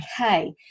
okay